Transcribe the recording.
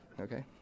okay